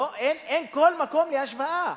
אין כל מקום להשוואה.